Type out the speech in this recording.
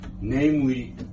namely